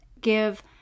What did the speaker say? give